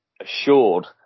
assured